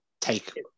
take